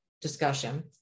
discussion